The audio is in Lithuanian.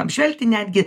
apžvelgti netgi